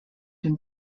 dem